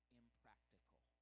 impractical